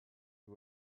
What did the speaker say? you